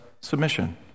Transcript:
submission